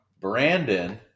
Brandon